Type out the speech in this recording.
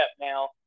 now